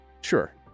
Sure